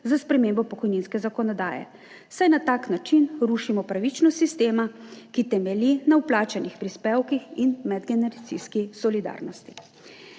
za spremembo pokojninske zakonodaje, saj na tak način rušimo pravičnost sistema, ki temelji na vplačanih prispevkih in medgeneracijski solidarnosti.